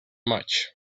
much